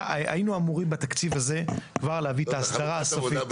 היינו אמורים בתקציב הזה להביא את ההסדרה הסופית.